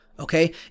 Okay